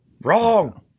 Wrong